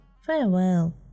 Farewell